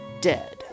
Dead